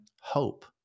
hope